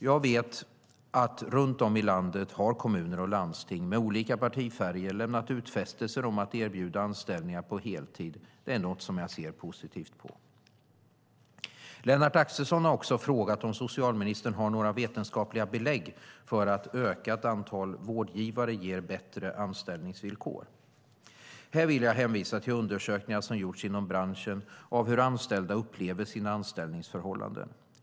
Jag vet att runt om i landet har kommuner och landsting med olika partifärger lämnat utfästelser om att erbjuda anställningar på heltid. Detta är något jag ser mycket positivt på. Lennart Axelsson har också frågat om socialministern har några vetenskapliga belägg för att ett ökat antal vårdgivare ger bättre anställningsvillkor. Här vill jag hänvisa till undersökningar som gjorts inom branschen av hur anställda upplever sina anställningsförhållanden.